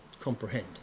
comprehend